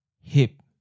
hip